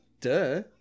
Duh